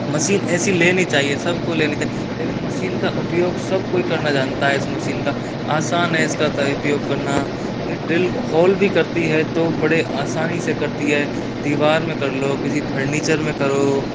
machine ऐसी लेनी चाहिए सबको लेनी चाहिए लेकिन मशीन का उपयोग सब कोई करना जानता है इस मशीन का आसान है इसका तो उपयोग करना ये ड्रिल होल भी करती है तो बड़े आसानी से करती है दीवार में कर लो किसी फर्नीचर में करो